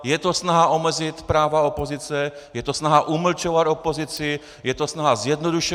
Je to snaha omezit práva opozice, je to snaha umlčovat opozici, je to snaha zjednodušovat.